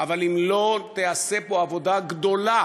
אבל אם לא תיעשה פה עבודה גדולה